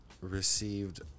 received